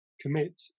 commit